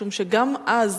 משום שגם אז,